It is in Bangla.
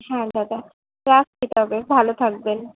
হ্যাঁ দাদা রাখছি তবে ভালো থাকবেন